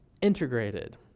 integrated